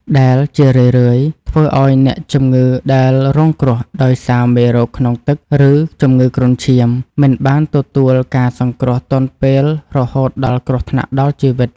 ដែលជារឿយៗធ្វើឱ្យអ្នកជំងឺដែលរងគ្រោះដោយសារមេរោគក្នុងទឹក ឬជំងឺគ្រុនឈាម មិនបានទទួលការសង្គ្រោះទាន់ពេលរហូតដល់គ្រោះថ្នាក់ដល់ជីវិត។